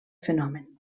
fenomen